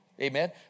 amen